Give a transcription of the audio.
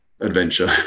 adventure